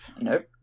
nope